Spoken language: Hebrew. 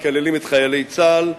מקללים את חיילי צה"ל,